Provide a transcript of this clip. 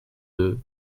deux